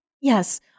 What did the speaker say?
yes